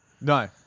No